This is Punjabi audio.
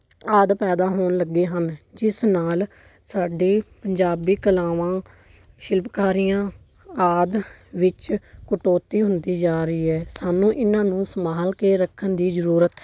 ਆਦਿ ਪੈਦਾ ਹੋਣ ਲੱਗੇ ਹਨ ਜਿਸ ਨਾਲ ਸਾਡੇ ਪੰਜਾਬੀ ਕਲਾਵਾਂ ਸ਼ਿਲਪਕਾਰੀਆਂ ਆਦਿ ਵਿੱਚ ਕਟੌਤੀ ਹੁੰਦੀ ਜਾ ਰਹੀ ਹੈ ਸਾਨੂੰ ਇਹਨਾਂ ਨੂੰ ਸੰਭਾਲ ਕੇ ਰੱਖਣ ਦੀ ਜ਼ਰੂਰਤ ਹੈ